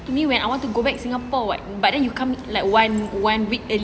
to me when I want to go back singapore [what] but then you come like one one week early